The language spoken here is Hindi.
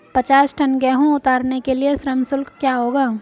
पचास टन गेहूँ उतारने के लिए श्रम शुल्क क्या होगा?